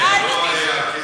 על המדינה.